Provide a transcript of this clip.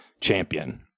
champion